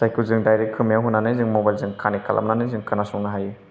जायखौ जों डाइरेक्ट खोमायाव होनानै जों मबाइल जों कानेक्ट खालामनानै खोनासंनो हायो